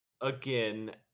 Again